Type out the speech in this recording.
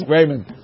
Raymond